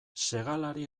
segalari